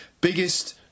Biggest